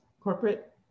Corporate